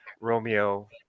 Romeo